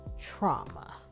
trauma